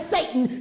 Satan